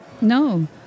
no